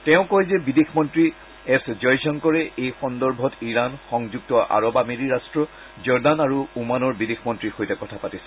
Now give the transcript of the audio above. তেওঁ কয় যে বিদেশ মন্ত্ৰী এছ জয়শংকৰে এই সন্দৰ্ভত ইৰাণ সংযুক্ত আৰব আমেৰি ৰট্ট জৰ্দান আৰু ওমানৰ বিদেশ মন্ত্ৰীৰ সৈতে কথা পাতিছে